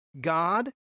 God